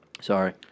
Sorry